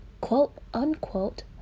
Quote-unquote